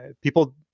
People